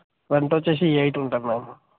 front వచ్చి eight ఉంటుంది ma'am